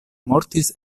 mortis